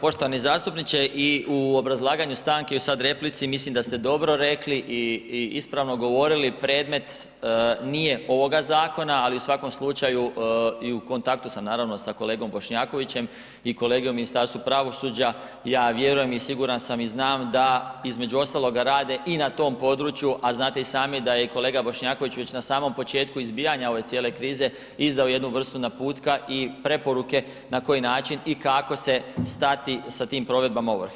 Poštovani zastupniče i u obrazlaganju stanke i u sad replici mislim da ste dobro rekli i ispravno govorili, predmet nije ovoga zakona, ali u svakom slučaju i u kontaktu sam naravno sa kolegom Bošnjakovićem i kolegom u Ministarstvu pravosuđa, ja vjerujem i siguran sam i znam da između ostaloga rade i na tom području, a znate i sami da je i kolega Bošnjaković već na samo početku izbijanja ove cijele krize izdao jednu vrstu naputka i preporuke na koji način i kako se stati sa tim provedbama ovrhe.